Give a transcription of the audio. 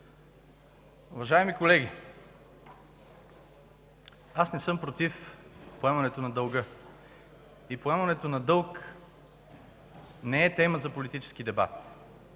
„Уважаеми колеги, аз не съм против поемането на дълга и поемането на дълг не е тема за политически дебат.